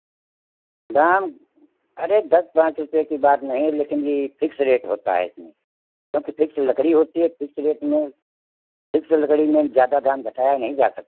दाम अरे दस पाँच रुपये की बात नहीं है लेकिन यह फिक्स रेट होता है इसमें क्योंकि फिक्स लकड़ी होती है फिक्स रेट में फिक्स लकड़ी में ज़्यादा दाम घटाया नहीं जा सकता